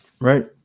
right